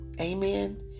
Amen